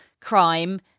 crime